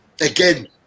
again